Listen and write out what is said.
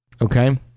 okay